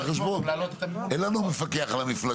למרות שאנחנו כבר בעיצומן של הבחירות.